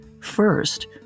First